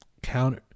counter